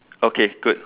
okay good